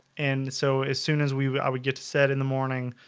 and so as soon as we would get to set in the morning,